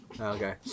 Okay